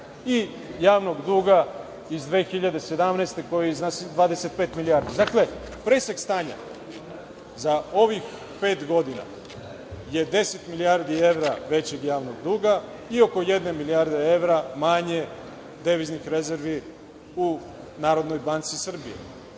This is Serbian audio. i javnog duga iz 2017. godini koji iznosi 25 milijardi. Dakle, presek stanja za ovih pet godina je 10 milijardi evra većeg javnog duga i oko jedne milijarde evra manje deviznih rezervi u Narodnoj banci Srbije.